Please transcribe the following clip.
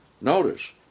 Notice